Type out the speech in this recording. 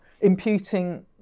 imputing